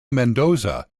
mendoza